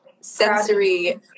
sensory